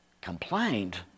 complained